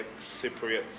Cypriots